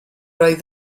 oedd